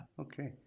Okay